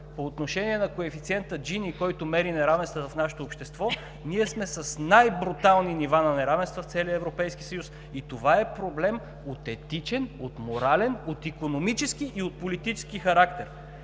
по отношение на коефициента на Джини, който мери неравенства в нашето общество, ние сме с най-брутални нива на неравенства в целия Европейски съюз. И това е проблем от етичен, от морален, от икономически и от политически характер.